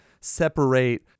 separate